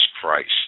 Christ